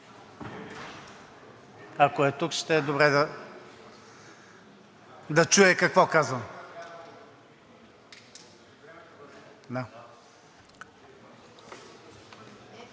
Ако е тук, ще е добре да чуе какво казвам.